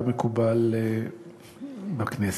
כמקובל בכנסת.